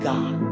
God